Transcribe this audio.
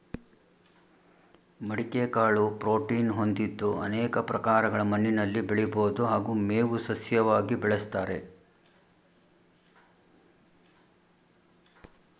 ಮಡಿಕೆ ಕಾಳು ಪ್ರೋಟೀನ್ ಹೊಂದಿದ್ದು ಅನೇಕ ಪ್ರಕಾರಗಳ ಮಣ್ಣಿನಲ್ಲಿ ಬೆಳಿಬೋದು ಹಾಗೂ ಮೇವು ಸಸ್ಯವಾಗಿ ಬೆಳೆಸ್ತಾರೆ